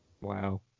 Wow